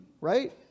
right